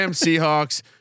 Seahawks